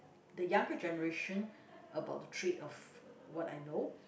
the younger generation about the trade of what I know